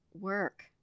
work